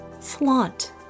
Flaunt